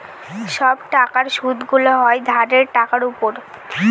সব টাকার সুদগুলো হয় ধারের টাকার উপর